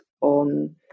on